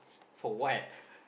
for what